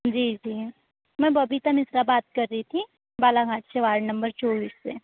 जी जी मैं बबिता मिश्रा बात कर रही थी बालाघाट से वार्ड नंबर चौबीस से